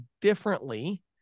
differently